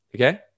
Okay